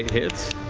hits.